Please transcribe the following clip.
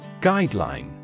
Guideline